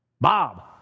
Bob